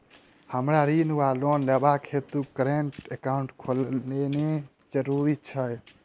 हमरा ऋण वा लोन लेबाक हेतु करेन्ट एकाउंट खोलेनैय जरूरी छै?